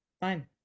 fine